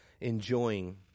enjoying